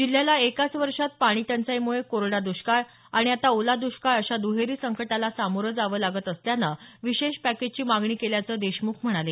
जिल्ह्याला एकाच वर्षात पाणी टंचाईमुळे कोरडा दष्काळ आणि आता ओला दष्काळ अशा दहेरी संकटाला सामोरं जावं लागत असल्यानं विशेष पॅकेजची मागणी केल्याचं देशमुख म्हणाले